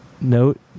note